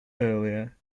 earlier